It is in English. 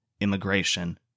Immigration